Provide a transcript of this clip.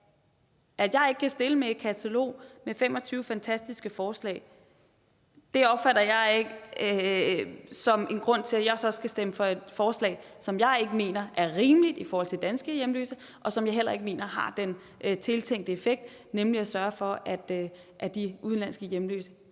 at jeg ikke kan stille med et katalog med 25 fantastiske forslag, opfatter jeg ikke som en grund til, at jeg så skal stemme for et forslag, som jeg ikke mener er rimeligt i forhold til danske hjemløse, og som jeg heller ikke mener har den tiltænkte effekt, nemlig at sørge for, at de udenlandske hjemløse